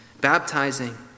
baptizing